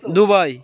Dubai